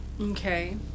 Okay